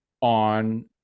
on